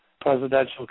presidential